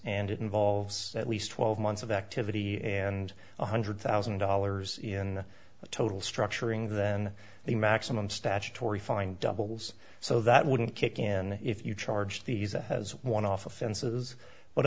and it involves at least twelve months of activity and one hundred thousand dollars in total structuring then the maximum statutory fine doubles so that wouldn't kick in if you charge these has one off offenses but